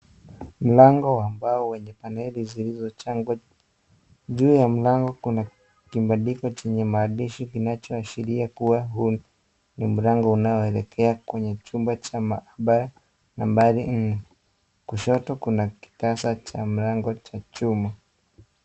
Mlango wa mbao wenye paneli zilizochongwa, juu ya mlango kuna kibandiko chenye maandishi kinachoashiria kuwa huu ni mlango unaoelekea kwenye chumba cha maabara nambari nne, kushoto kuna kitasa cha mlango wa chuma.